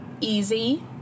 easy